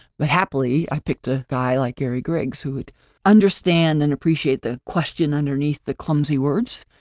but happily, i picked a guy like gary griggs, who would understand and appreciate the question underneath the clumsy words,